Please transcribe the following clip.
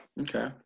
Okay